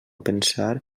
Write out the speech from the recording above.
pensar